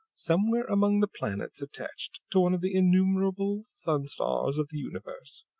somewhere among the planets attached to one of the innumerable sun-stars of the universe,